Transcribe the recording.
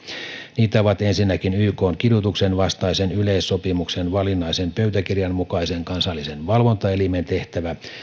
niitä ovat ensinnäkin ykn kidutuksen vastaisen yleissopimuksen valinnaisen pöytäkirjan mukaisen kansallisen valvontaelimen tehtävä